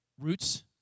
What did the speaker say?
roots